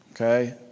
Okay